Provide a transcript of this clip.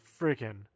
freaking